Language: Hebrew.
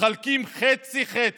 מתחלקים חצי חצי.